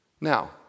Now